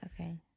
Okay